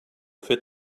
fit